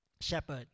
Shepherd